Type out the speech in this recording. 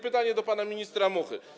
Pytanie do pana ministra Muchy.